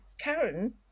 Karen